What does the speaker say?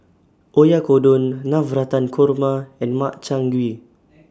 Oyakodon Navratan Korma and Makchang Gui